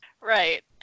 Right